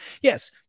Yes